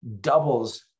doubles